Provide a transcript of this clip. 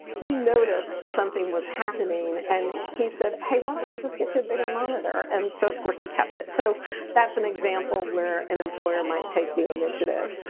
he noticed something was happening. and he said, hey, why don't we just get you a bigger monitor. and so of course, he kept it. so that's an example where an employer might take the initiative.